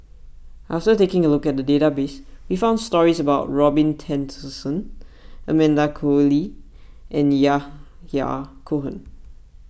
after taking a look at the database we found stories about Robin Tessensohn Amanda Koe Lee and Yahya Cohen